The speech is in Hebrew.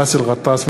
באסל גטאס,